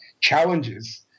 challenges